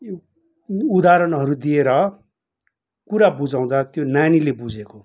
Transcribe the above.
यो उ उदाहरणहरू दिएर कुरा बुझाउँदा त्यो नानीले बुझेको